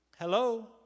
Hello